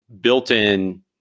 built-in